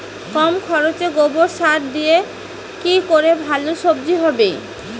কম খরচে গোবর সার দিয়ে কি করে ভালো সবজি হবে?